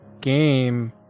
game